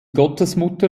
gottesmutter